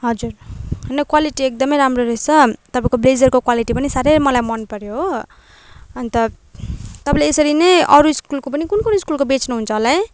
हजुर होइन क्वालिटी एकदमै राम्रो रहेछ तपाईँको ब्लेजरको क्वालिटी पनि साह्रै मलाई मनपऱ्यो हो अन्त तपाईँले यसरी नै अरू स्कुलको पनि कुन कुन स्कुलको बेच्नु हुन्छ होला है